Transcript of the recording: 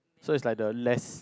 so is like the less